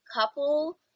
couple